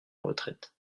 retraite